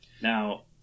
Now